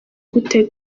gute